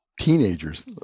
Teenagers